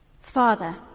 Father